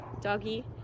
doggy